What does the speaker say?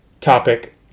topic